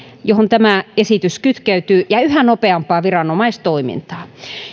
johon tämä esitys kytkeytyy ja yhä nopeampaa viranomaistoimintaa